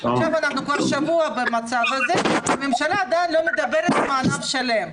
אנחנו כבר שבוע במצב הזה והממשלה עדיין לא מדברת עם ענף שלם.